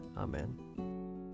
Amen